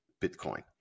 Bitcoin